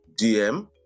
DM